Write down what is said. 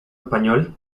español